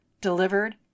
delivered